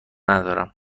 ندارم